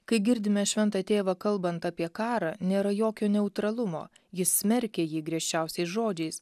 kai girdime šventą tėvą kalbant apie karą nėra jokio neutralumo jis smerkia jį griežčiausiais žodžiais